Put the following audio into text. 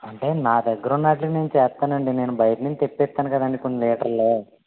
అంటే నా దగ్గర ఉన్నది నేను చేస్తానండి నేను బయట నుంచి తెప్పిస్తాను కదండి కొన్ని లీటర్లు